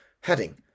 heading